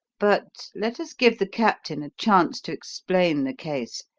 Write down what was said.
but let us give the captain a chance to explain the case.